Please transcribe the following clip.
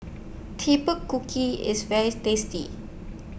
Kuki IS very tasty